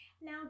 Now